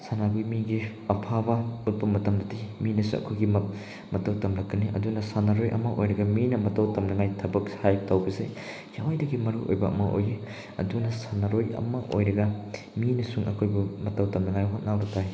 ꯁꯥꯟꯅꯕ ꯃꯤꯒꯤ ꯑꯐꯕ ꯎꯠꯄ ꯃꯇꯝꯗꯗꯤ ꯃꯤꯅꯁꯨ ꯑꯩꯈꯣꯏꯒꯤ ꯃꯇꯧ ꯇꯝꯂꯛꯀꯅꯤ ꯑꯗꯨꯅ ꯁꯥꯟꯅꯔꯣꯏ ꯑꯃ ꯑꯣꯏꯔꯒ ꯃꯤꯅ ꯃꯇꯧ ꯇꯝꯅꯉꯥꯏ ꯊꯕꯛ ꯍꯥꯏꯕ ꯇꯧꯕꯁꯤ ꯈ꯭ꯋꯥꯏꯗꯒꯤ ꯃꯔꯨꯑꯣꯏꯕ ꯑꯃ ꯑꯣꯏ ꯑꯗꯨꯅ ꯁꯥꯟꯅꯔꯣꯏ ꯑꯃ ꯑꯣꯏꯔꯒ ꯃꯤꯅꯁꯨ ꯑꯩꯈꯣꯏꯕꯨ ꯃꯇꯧ ꯇꯝꯅꯉꯥꯏ ꯍꯣꯠꯅꯕ ꯇꯥꯏ